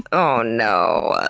oh no.